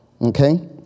okay